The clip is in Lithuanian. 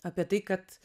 apie tai kad